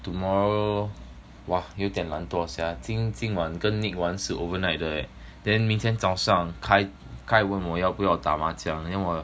tomorrow !wah! 有点懒惰 sia 今今晚跟 nick 玩是 overnight 的 leh then 明天早上 kyle kyle 问我要不要打麻将 then 我